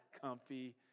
comfy